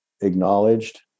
acknowledged